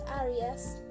areas